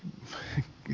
h h